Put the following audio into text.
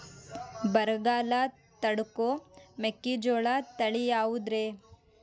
ಬರಗಾಲ ತಡಕೋ ಮೆಕ್ಕಿಜೋಳ ತಳಿಯಾವುದ್ರೇ?